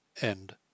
End